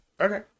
Okay